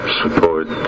support